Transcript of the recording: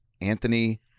Anthony